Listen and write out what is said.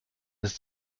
ist